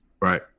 Right